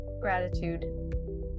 gratitude